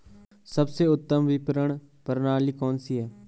सबसे उत्तम विपणन प्रणाली कौन सी है?